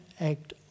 act